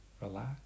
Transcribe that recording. relax